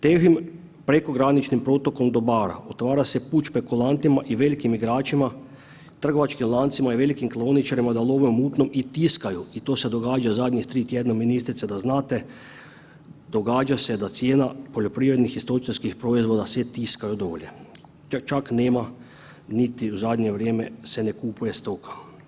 Težim prekograničnim protokom dobara otvara se put špekulantima i velikim igračima, trgovačkim lancima i velikim klaoničarima da love u mutnom i tiskaju i to se događa zadnjih 3 tjedna, ministrica da znate događa se da cijena poljoprivrednih i stočarskih proizvoda se tiskaju dolje, čak nema niti u zadnje vrijeme se ne kupuje stoka.